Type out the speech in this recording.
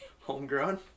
Homegrown